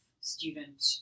student